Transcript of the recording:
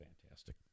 Fantastic